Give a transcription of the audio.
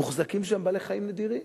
מוחזקים שם בעלי-חיים נדירים,